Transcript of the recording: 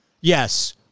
Yes